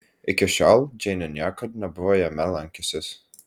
iki šiol džeinė niekad nebuvo jame lankiusis